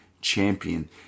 champion